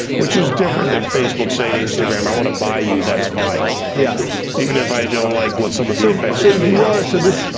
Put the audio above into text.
which is different than facebook saying, instagram, i wanna buy you. that's fine, yeah even if i don't like what some of the effects. so you are, so this,